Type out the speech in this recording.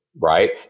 right